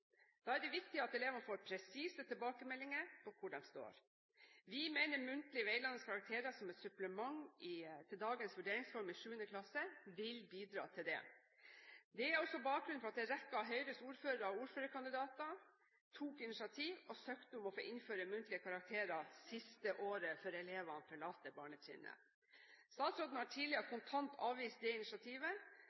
Da er det viktig at elevene får presise tilbakemeldinger på hvor de står. Vi mener muntlige, veiledende karakterer, som et supplement til dagens vurderingsform i 7. klasse, vil bidra til dette. Dette er også bakgrunnen for at en rekke av Høyres ordførere og ordførerkandidater tok initiativ og søkte om å få innføre muntlige karakterer siste året før elevene forlater barnetrinnet. Statsråden har tidligere kontant avvist dette initiativet.